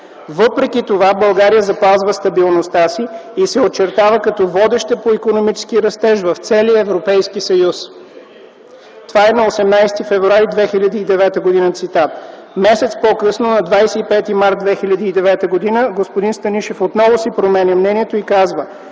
Въпреки това България запазва стабилността си и се очертава като водеща по икономически растеж в целия Европейския съюз.” Това е на 18 февруари 2009 г. Месец по-късно, на 25 март 2009 г., господин Станишев отново си променя мнението и казва: